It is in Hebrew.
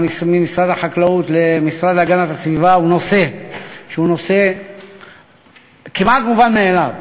ממשרד החקלאות למשרד להגנת הסביבה הוא נושא כמעט מובן מאליו.